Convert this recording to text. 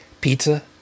pizza